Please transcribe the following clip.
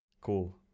Cool